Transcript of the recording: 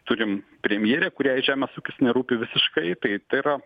turim premjerę kuriai žemės ūkis nerūpi visiškai tai tai yra